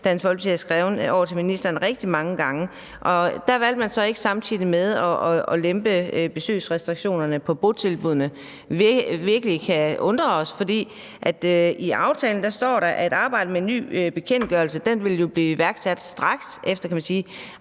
Dansk Folkeparti havde skrevet over til ministeren rigtig mange gange. Der valgte man så ikke samtidig at lempe besøgsrestriktionerne på botilbuddene, hvilket kan undre os, fordi der står i aftalen, at arbejdet med den nye bekendtgørelse vil blive iværksat straks efter